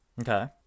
Okay